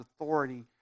authority